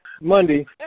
Monday